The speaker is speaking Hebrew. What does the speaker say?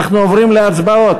אנחנו עוברים להצבעות.